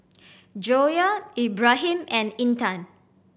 Joyah Ibrahim and Intan